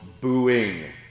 booing